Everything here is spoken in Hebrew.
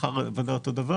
השכר והנלוות הוא אותו דבר.